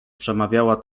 przemawiała